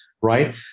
right